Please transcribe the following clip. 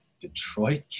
Detroit